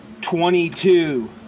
Twenty-two